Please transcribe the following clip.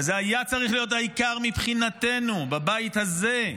וזה היה צריך להיות העיקר מבחינתנו בבית הזה,